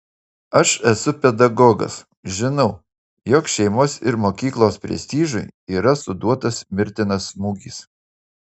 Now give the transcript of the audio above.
aš esu pedagogas žinau jog šeimos ir mokyklos prestižui yra suduotas mirtinas smūgis